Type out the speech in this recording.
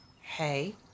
hey